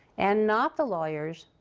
and not the lawyers,